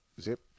zip